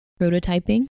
Prototyping